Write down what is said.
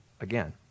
again